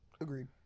Agreed